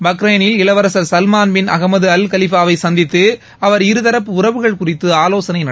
பக்ரைனில் இளவரன் Salman bin Ahmed Al Khalifa வை சந்தித்து அவர் இருதரப்பு உறவுகள் குறித்து ஆலோசனை நடத்தினார்